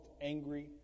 angry